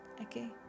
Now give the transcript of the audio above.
Okay